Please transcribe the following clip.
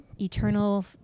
eternal